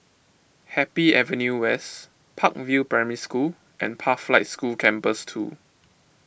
Happy Avenue West Park View Primary School and Pathlight School Campus two